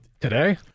Today